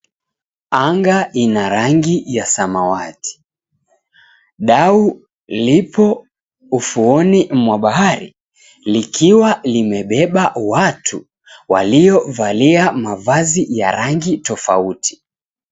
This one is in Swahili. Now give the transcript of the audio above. Anga ina rangi ya samawati. Dau lipo ufuoni mwa bahari likiwa limebeba watu waliovalia mavazi ya rangi tofauti.